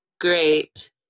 great